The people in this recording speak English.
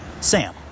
Sam